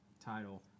title